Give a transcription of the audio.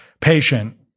patient